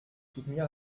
soutenir